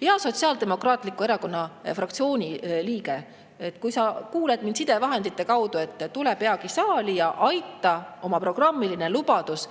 Hea Sotsiaaldemokraatliku Erakonna fraktsiooni liige, kui sa kuuled mind sidevahendite kaudu, tule peagi saali ja aita oma programmiline lubadus